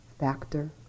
factor